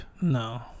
No